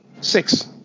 Six